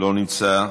לא נמצא,